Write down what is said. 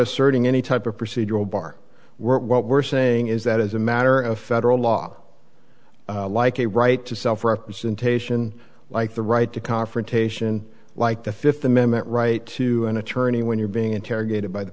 asserting any type of procedural bar work what we're saying is that as a matter of federal law like a right to self representation like the right to confrontation like the fifth amendment right to an attorney when you're being interrogated by the